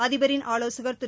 அதிபரின் ஆலோசகள் திரு